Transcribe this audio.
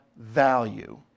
value